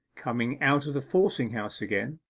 coming out of the forcing-house again,